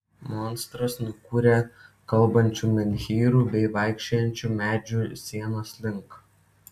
monstras nukūrė kalbančių menhyrų bei vaikščiojančių medžių sienos link